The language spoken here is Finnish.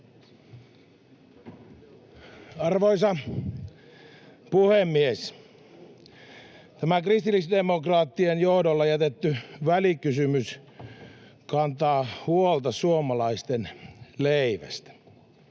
Arvoisa puhemies! Tämä kristillisdemokraattien johdolla jätetty välikysymys kantaa huolta suomalaisten leivästä.